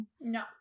No